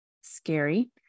scary